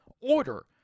order